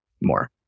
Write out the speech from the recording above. more